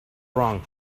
wrong